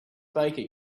baker